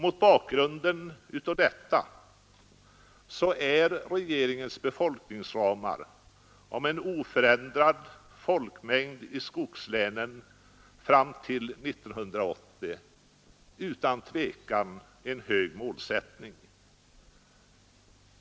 Mot bakgrunden av detta är regeringens befolkningsramar om en oförändrad folkmängd i skogslänen fram till 1980-utan tvivel en hög målsättning.